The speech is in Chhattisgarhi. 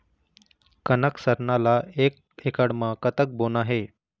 कनक सरना ला एक एकड़ म कतक बोना हे?